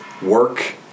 Work